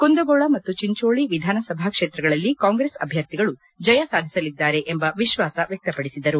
ಕುಂದಗೋಳ ಮತ್ತು ಚಿಂಜೋಳಿ ವಿಧಾನಸಭಾ ಕ್ಷೇತ್ರಗಳಲ್ಲಿ ಕಾಂಗ್ರೆಸ್ ಅಭ್ಯರ್ಥಿಗಳು ಜಯಸಾಧಿಸಲಿದ್ದಾರೆ ಎಂಬ ವಿಶ್ವಾಸ ವ್ಯಕ್ತಪಡಿಸಿದರು